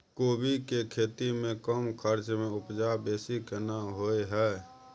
कोबी के खेती में कम खर्च में उपजा बेसी केना होय है?